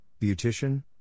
Beautician